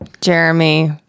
Jeremy